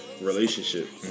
relationship